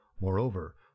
Moreover